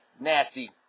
nasty